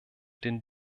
den